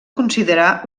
considerar